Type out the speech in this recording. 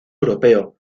europeo